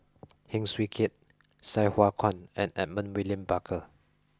Heng Swee Keat Sai Hua Kuan and Edmund William Barker